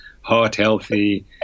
heart-healthy